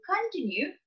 continue